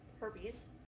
herpes